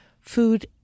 food